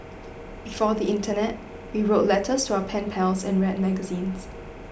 before the internet we wrote letters to our pen pals and read magazines